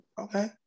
okay